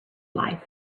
life